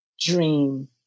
dream